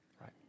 right